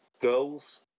girls